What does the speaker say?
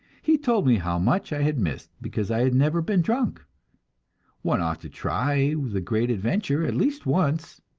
he told me how much i had missed, because i had never been drunk one ought to try the great adventure, at least once!